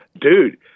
dude